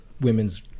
women's